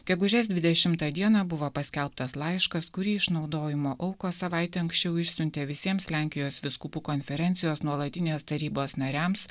gegužės dvidešimtą dieną buvo paskelbtas laiškas kurį išnaudojimo aukos savaite anksčiau išsiuntė visiems lenkijos vyskupų konferencijos nuolatinės tarybos nariams